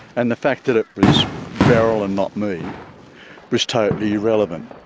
and the fact that it was beryl and not me was totally irrelevant.